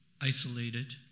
Isolated